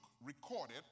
recorded